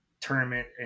tournament